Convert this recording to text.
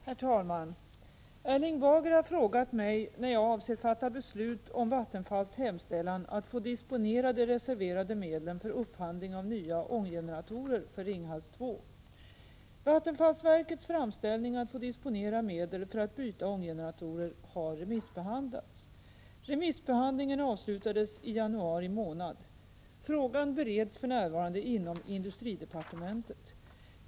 Herr talman! Erling Bager har frågat mig när jag avser att fatta beslut om Vattenfalls hemställan att få disponera de reserverade medlen för upphandling av nya ånggeneratorer för Ringhals 2. Vattenfallsverkets framställning att få disponera medel för att byta ånggeneratorer har remissbehandlats. Remissbehandlingen avslutades i januari månad. Frågan bereds för närvarande inom industridepartementet.